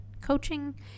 coaching